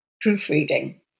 proofreading